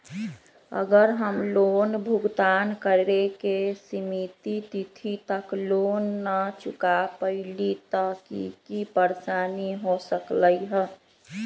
अगर हम लोन भुगतान करे के सिमित तिथि तक लोन न चुका पईली त की की परेशानी हो सकलई ह?